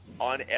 on